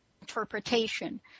interpretation